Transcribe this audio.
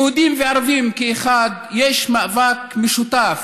ליהודים וערבים כאחד יש מאבק משותף,